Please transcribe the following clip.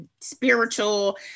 spiritual